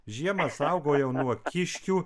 žiemą saugojau nuo kiškių